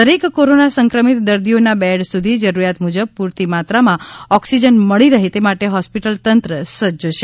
દરેક કોરોના સંક્રમિત દર્દીઓના બેડ સુધી જરૂરિયાત મુજબ પૂરતી માત્રામાં ઓક્સિજન મળી રહે તે માટે હોસ્પિટલ તંત્ર સજ્જ છે